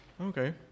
Okay